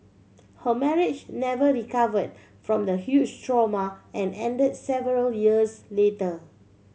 her marriage never recovered from the huge trauma and end several years later